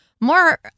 more